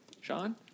Sean